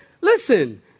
listen